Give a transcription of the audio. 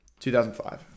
2005